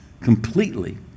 completely